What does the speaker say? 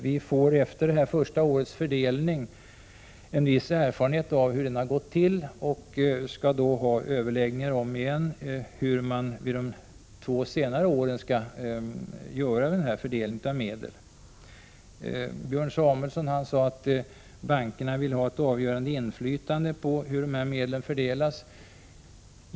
Vi får efter det första årets fördelning en viss erfarenhet av hur det har gått till. Därefter skall vi ha överläggningar på nytt om hur man under de två senare åren skall göra medelsfördelningen. Björn Samuelson sade att bankerna vill ha ett avgörande inflytande på hur medlen fördelas.